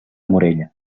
morella